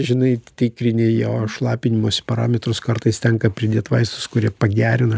žinai tikrini jo šlapinimosi parametrus kartais tenka pridėt vaistus kurie pagerina